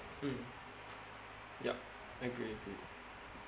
mm yup I agree